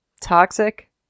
toxic